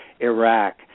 Iraq